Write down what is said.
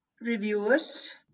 reviewers